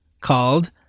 called